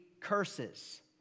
curses